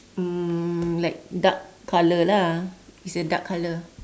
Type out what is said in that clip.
um like dark colour lah it's a dark colour